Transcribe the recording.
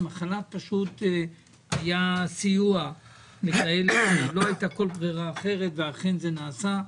והחל"ת פשוט היה סיוע לכאלה שלא הייתה כל ברירה אחרת ואכן זה נעשה.